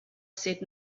said